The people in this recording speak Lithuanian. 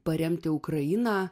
paremti ukrainą